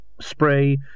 Spray